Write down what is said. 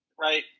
right